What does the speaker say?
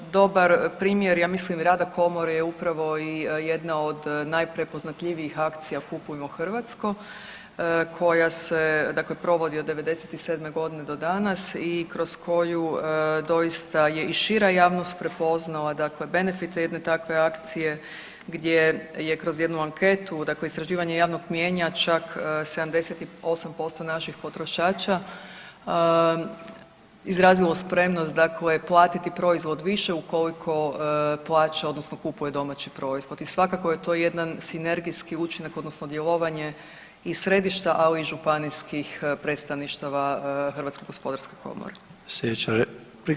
Dobar primjer, ja mislim, rada Komore je upravo i jedna od najprepoznatljivijih akcija u „Kupujmo hrvatsko“ koja se dakle provodi od '97. g. do danas i kroz koju doista je i šira javnost prepoznala dakle benefite jedne takve akcije gdje je kroz jednu anketu, dakle istraživanje javnog mnijenja čak 78% naših potrošača izrazilo spremnost dakle platiti proizvod više ukoliko plaća, odnosno kupuje domaći proizvod i svakako je to jedan sinergijski učinak, odnosno djelovanje iz središta, ali i županijskih predstavništava HGK.